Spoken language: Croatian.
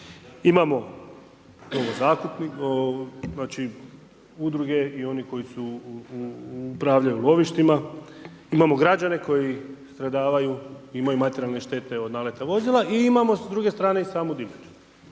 znam o čemu god, imamo udruge i oni koji upravljaju lovištima, imamo građane koji stradavaju, imaju materijalne štete od naleta vozila i imamo s druge strane i samu divljač